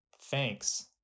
thanks